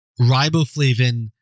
riboflavin